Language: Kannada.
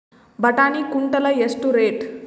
ಬಟಾಣಿ ಕುಂಟಲ ಎಷ್ಟು ರೇಟ್?